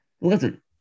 Listen